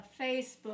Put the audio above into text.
Facebook